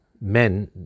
men